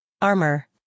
armor